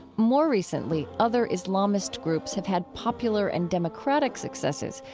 more recently, other islamist groups have had popular and democratic successes,